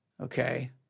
Okay